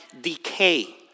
decay